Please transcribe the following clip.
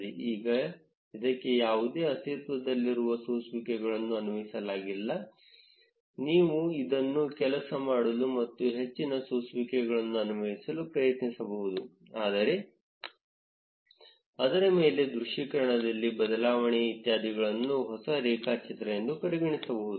ಈಗ ಇದಕ್ಕೆ ಯಾವುದೇ ಅಸ್ತಿತ್ವದಲ್ಲಿರುವ ಸೋಸುವಿಕೆಗಳನ್ನು ಅನ್ವಯಿಸಲಾಗಿಲ್ಲ ನೀವು ಅದನ್ನು ಕೆಲಸ ಮಾಡಲು ಮತ್ತು ಹೆಚ್ಚಿನ ಸೋಸುವಿಕೆಗಳನ್ನು ಅನ್ವಯಿಸಲು ಪ್ರಯತ್ನಿಸಬಹುದು ಅದರ ಮೇಲೆ ದೃಶ್ಯೀಕರಣದಲ್ಲಿ ಬದಲಾವಣೆ ಇತ್ಯಾದಿಗಳನ್ನು ಹೊಸ ರೇಖಾಚಿತ್ರ ಎಂದು ಪರಿಗಣಿಸಬಹುದು